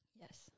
Yes